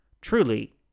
Truly